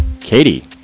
Katie